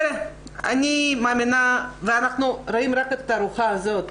אני מאמינה ואנחנו רואים רק את התערוכה הזאת,